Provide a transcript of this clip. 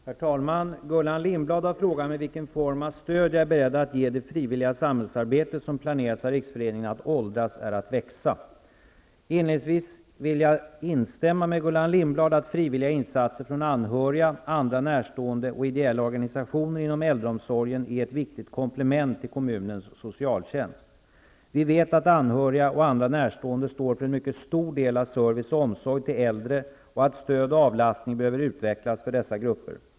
Herr talman! Gullan Lindblad har frågat mig vilken form av stöd jag är beredd att ge det frivilliga samhällsarbete som planeras av Riksföreningen Att åldras är att växa. Inledningsvis vill jag instämma med Gullan Lindblad i att frivilliga insatser från anhöriga, andra närstående och ideella organistioner inom äldreomsorgen är ett viktigt komplement till kommunens socialtjänst. Vi vet att anhöriga och andra närstående står för en mycket stor del av service och omsorg till äldre och att stöd och avlastning behöver utvecklas för dessa grupper.